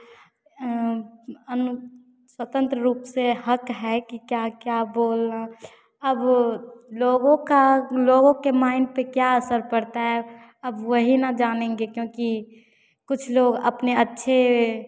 अनु स्वतंत्र रूप से हक़ है कि क्या क्या बोल अब लोगों का लोगों के माइंड पर क्या असर करता है अब वहीं न जानेंगे क्योंकि कुछ लोग अपने अच्छे